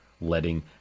letting